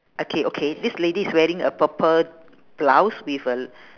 okay okay this lady is wearing a purple blouse with a l~